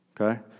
okay